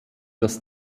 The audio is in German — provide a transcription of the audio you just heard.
das